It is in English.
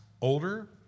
Older